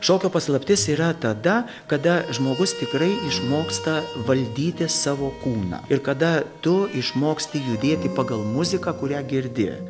šokio paslaptis yra tada kada žmogus tikrai išmoksta valdyti savo kūną ir kada tu išmoksti judėti pagal muziką kurią girdi